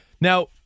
Now